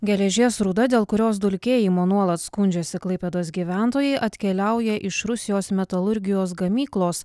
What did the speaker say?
geležies rūda dėl kurios dulkėjimo nuolat skundžiasi klaipėdos gyventojai atkeliauja iš rusijos metalurgijos gamyklos